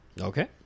Okay